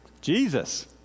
Jesus